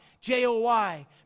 J-O-Y